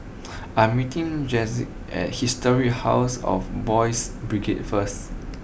I am meeting Jacquez at Historic house of Boys' Brigade first